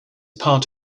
part